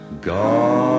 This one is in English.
God